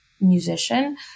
musician